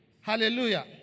Hallelujah